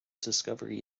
discovery